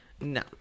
No